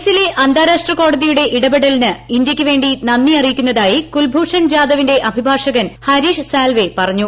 കേസിലെ അന്താരാഷ്ട്ര കോടതിയുടെ ഇടപെടലിന് ഇന്ത്യക്ക് വേണ്ടി നന്ദി അറിയിക്കുന്നതായി കുൽഭൂഷൺ ജാദവിന്റെ അഭിഭാഷകൻ ഹരീഷ് സാൽവെ പറഞ്ഞു